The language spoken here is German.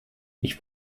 ich